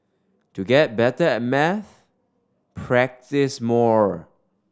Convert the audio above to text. to get better at maths practise more